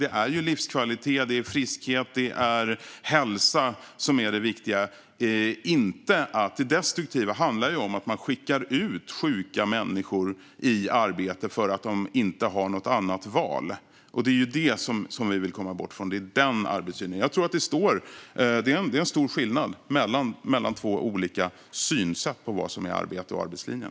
Det är livskvalitet, friskhet och hälsa som är det viktiga. Det destruktiva handlar om att man skickar ut sjuka människor i arbete därför att de inte har något annat val. Det är det, den arbetslinjen, som vi vill komma bort från. Det är en stor skillnad mellan två olika synsätt på vad som är arbete och arbetslinjen.